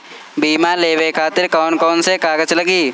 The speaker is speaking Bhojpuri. बीमा लेवे खातिर कौन कौन से कागज लगी?